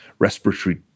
respiratory